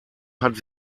hat